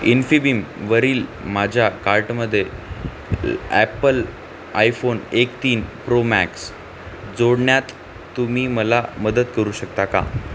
इन्फीबीमवरील माझ्या कार्टमध्ये Apple iPhone एक तीन प्रोमॅक्स जोडण्यात तुम्ही मला मदत करू शकता का